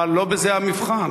אבל לא בזה המבחן.